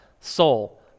soul